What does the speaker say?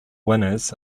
winners